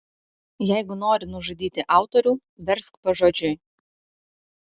jeigu nori nužudyti autorių versk pažodžiui